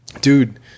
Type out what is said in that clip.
dude